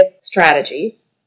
strategies